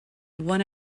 one